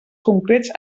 concrets